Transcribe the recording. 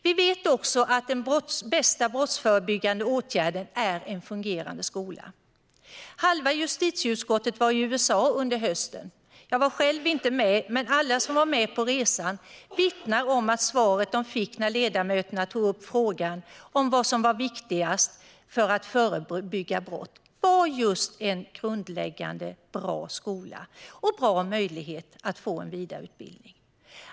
Vi vet också att den bästa brottsförebyggande åtgärden är en fungerande skola. Halva justitieutskottet var i USA under hösten. Jag var själv inte med, men alla ledamöter som var med på resan vittnar om att svaret de fick när de tog upp frågan om vad som var viktigast för att förebygga brott var just en grundläggande, bra skola och bra möjligheter till vidareutbildning.